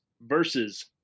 versus